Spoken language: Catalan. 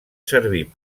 servir